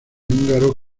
húngaro